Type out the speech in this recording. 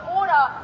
order